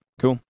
Cool